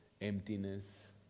emptiness